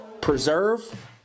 Preserve